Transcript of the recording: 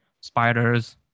spiders